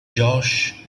josh